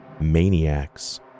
maniacs